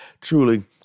truly